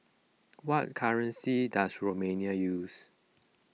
what currency does Romania use